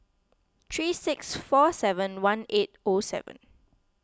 three six four seven one eight O seven